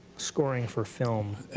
scoring for film,